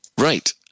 Right